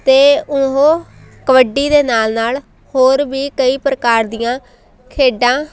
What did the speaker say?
ਅਤੇ ਉਹ ਕਬੱਡੀ ਦੇ ਨਾਲ ਨਾਲ ਹੋਰ ਵੀ ਕਈ ਪ੍ਰਕਾਰ ਦੀਆਂ ਖੇਡਾਂ